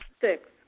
Six